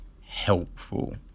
helpful